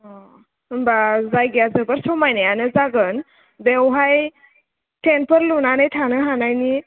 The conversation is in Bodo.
अ' होमबा जायगाया जोबोर समायनायानो जागोन बेवहाय खेमफोर लुनानै थानो हानायनि